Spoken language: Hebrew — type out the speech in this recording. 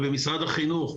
במשרד החינוך,